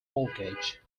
mortgage